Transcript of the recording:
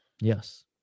Yes